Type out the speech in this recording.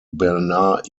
bernard